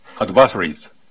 adversaries